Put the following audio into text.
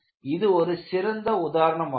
இது ஒரு சிறந்த உதாரணமாகும்